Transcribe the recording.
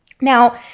Now